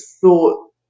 thought